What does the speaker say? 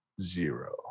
zero